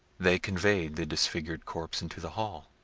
they conveyed the disfigured corpse into the hall,